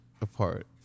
apart